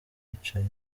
yicaye